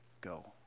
Go